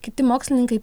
kiti mokslininkai